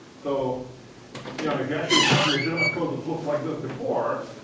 so you know if you actually had legitimate code that looked like this before,